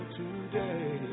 today